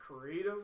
creative